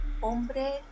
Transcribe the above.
hombre